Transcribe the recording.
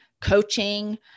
coaching